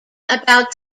about